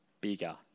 bigger